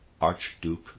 Archduke